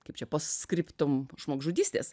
kaip čia post skriptum žmogžudystės